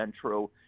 true